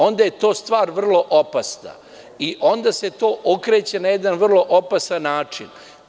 Onda je to stvar vrlo opasna i onda se to okreće na jedan vrlo opasan način.